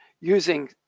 using